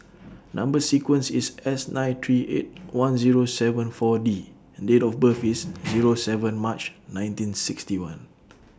Number sequence IS S nine three eight one Zero seven four D and Date of birth IS Zero seven March nineteen sixty one